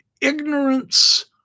ignorance